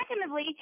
secondly